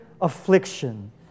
affliction